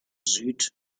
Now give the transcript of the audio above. süd